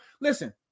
listen